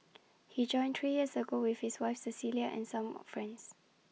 he joined three years ago with his wife Cecilia and some of friends